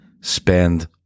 spend